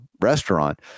restaurant